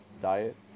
diet